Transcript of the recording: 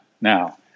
now